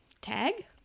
Tag